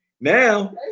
Now